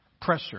Pressure